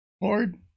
Lord